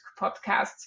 podcasts